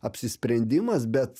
apsisprendimas bet